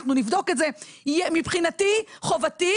אנחנו נבדוק את זה, מבחינתי חובתי,